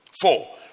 Four